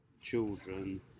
children